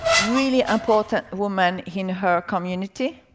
really important woman in her community.